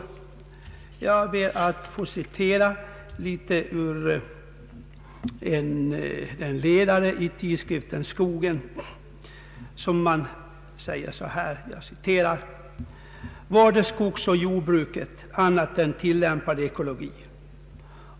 Jag ber att få citera en passus ur en ledare i tidskriften Skogen, där det heter: ”Vad är skogsoch jordbruket annat än tillämpad ekologi?